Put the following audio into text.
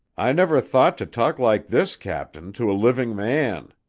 i never thought to talk like this, captain, to a living man.